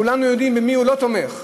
כולנו יודעים במי הוא לא תומך.